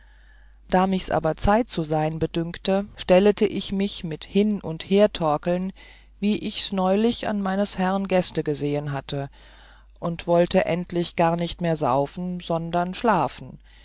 da michs aber zeit zu sein bedünkte stellete ich mich mit hin und hertorkeln wie ichs neulich an meines herrn gästen gesehen hatte und wollte endlich gar nicht mehr saufen sondern schlafen